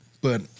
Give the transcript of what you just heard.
But-